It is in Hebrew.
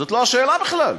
זאת לא השאלה בכלל.